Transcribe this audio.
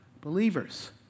Believers